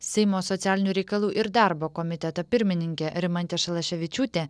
seimo socialinių reikalų ir darbo komiteto pirmininkė rimantė šalaševičiūtė